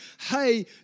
hey